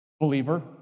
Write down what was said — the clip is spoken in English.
believer